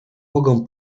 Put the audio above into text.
mogą